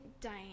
Diane